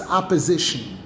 opposition